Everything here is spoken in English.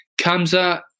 Kamza